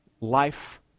life